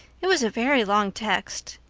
it was a very long text.